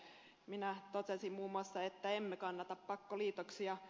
minä totesin muun muassa että emme kannata pakkoliitoksia